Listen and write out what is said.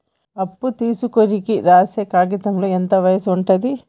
అప్పు తీసుకోనికి రాసే కాయితంలో ఎంత వయసు ఉంటది?